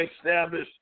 establish